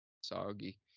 soggy